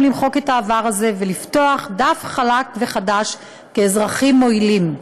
למחוק את העבר הזה ולפתוח דף חלק וחדש כאזרחים מועילים.